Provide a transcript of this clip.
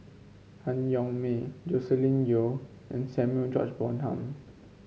Han Yong May Joscelin Yeo and Samuel George Bonham